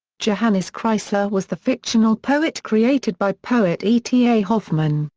johannes kreisler was the fictional poet created by poet e. t. a. hoffmann,